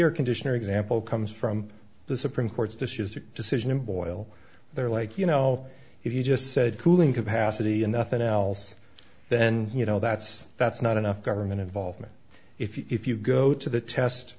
air conditioner example comes from the supreme court's decisions or decision and boil they're like you know if you just said cooling capacity and nothing else then you know that's that's not enough government involvement if you if you go to the test